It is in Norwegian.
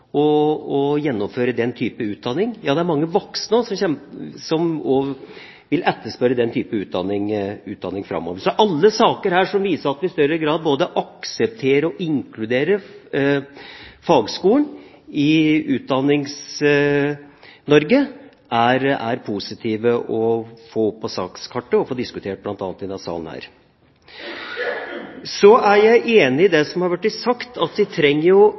å gjennomføre nettopp den type utdanning. Ja, også mange voksne vil etterspørre den type utdanning framover. Så alle saker som viser at vi i større grad både aksepterer og inkluderer fagskolene i Utdannings-Norge, er det positivt å få opp på sakskartet og få diskutert bl.a. i denne salen. Jeg er enig i det som har blitt sagt, at vi trenger